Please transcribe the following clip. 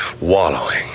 wallowing